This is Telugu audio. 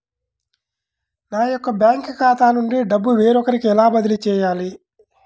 నా యొక్క బ్యాంకు ఖాతా నుండి డబ్బు వేరొకరికి ఎలా బదిలీ చేయాలి?